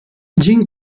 gene